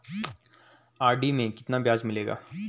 RD में कितना ब्याज मिलेगा?